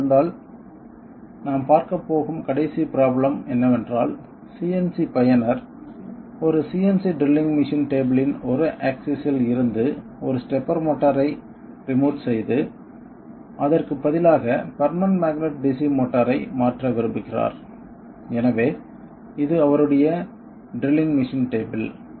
நேரம் இருந்தால் நாம் பார்க்கப் போகும் கடைசிப் ப்ரோப்லேம் என்னவென்றால் CNC பயனர் ஒரு CNC டிரில்லிங் மெஷின் டேபிளின் ஒரு ஆக்சிஸ் இல் இருந்து ஒரு ஸ்டெப்பர் மோட்டாரை ரிமோட் செய்து அதற்குப் பதிலாக பெர்மனெண்ட் மேக்னெட் DC மோட்டாரை மாற்ற விரும்புகிறார் எனவே இது அவருடைய ட்ரில்லிங் மெஷின் டேபிள்